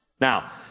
Now